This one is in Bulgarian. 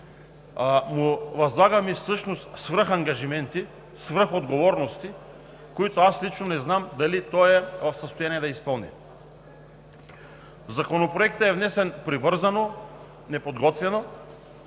му възлагаме свръхангажименти, свръхотговорности, които лично аз не знам дали той е в състояние да изпълни. Законопроектът е внесен набързо, неподготвен,